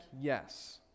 yes